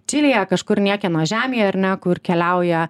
čilėje kažkur niekieno žemėje ar ne kur keliauja